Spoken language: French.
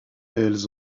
elles